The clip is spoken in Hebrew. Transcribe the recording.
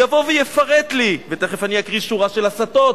יבוא ויפרט לי, ותיכף אקריא שורה של הסתות